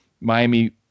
Miami